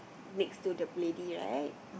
next to the lady right